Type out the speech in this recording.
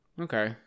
okay